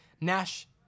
Nash